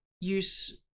use